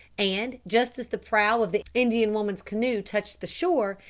and, just as the prow of the indian woman's canoe touched the shore,